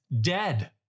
dead